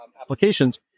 applications